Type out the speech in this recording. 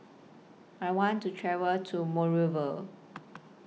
I want to travel to Monrovia